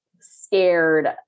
scared